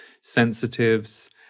sensitives